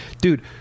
Dude